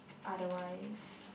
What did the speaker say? otherwise